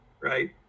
right